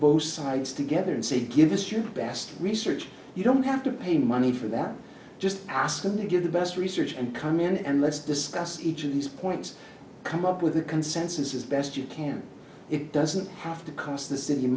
both sides together and say give us your best research you don't have to pay money for that just ask them to get the best research and come in and let's discuss each of these points come up with a consensus as best you can it doesn't have to cost the city